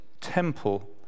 temple